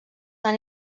han